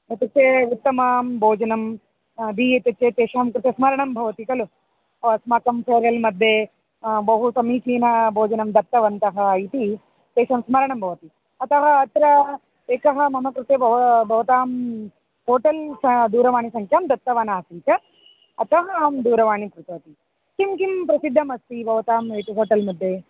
इत्युक्ते उत्तमं भोजनं दीयते चेत् तेषां कृते स्मरणं भवति खलु अस्माकं फोर्वेलमध्ये बहु समीचीनभोजनं दत्तवन्तः इति तेषां स्मरणं भवति अतः अत्र एकः मम कृते भव भवतां होटेल् सः दूरवाणीसङ्ख्यां दत्तवान् आसीत् अतः अहं दूरवाणीं कृतवती किं किं प्रसिद्धमस्ति भवताम् एतत् होटेल् मध्ये